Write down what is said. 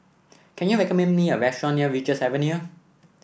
can you recommend me a restaurant near Richards Avenue